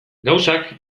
gauzak